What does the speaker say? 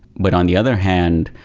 but on the other hand,